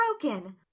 broken